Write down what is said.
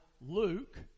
Luke